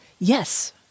Yes